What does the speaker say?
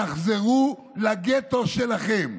תחזרו לגטו שלכם.